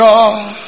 God